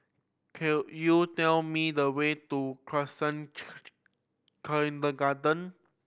could you tell me the way to Khalsa Kindergarten